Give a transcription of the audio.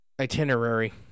Itinerary